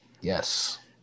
Yes